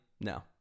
no